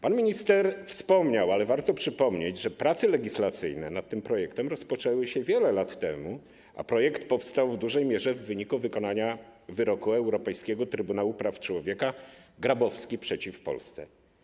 Pan minister wspomniał, ale warto przypomnieć, że prace legislacyjne nad tym projektem rozpoczęły się wiele lat temu, a projekt powstał w dużej mierze w wyniku wykonania wyroku Europejskiego Trybunału Praw Człowieka w sprawie Grabowski przeciwko Polsce.